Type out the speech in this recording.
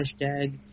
hashtag